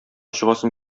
чыгасым